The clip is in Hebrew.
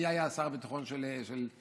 מי היה שר הביטחון של בגין?